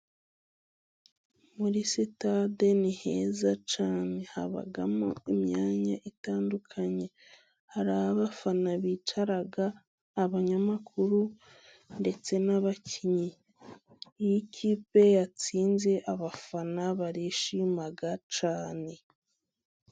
Muri sitade ni heza cyane, habamo imyanya itandukanye; hari aho abafana bicara, abanyamakuru ndetse n'abakinnyi. Iyo ikipe yatsinze abafana barishima cyane.